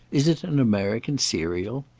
is it an american serial?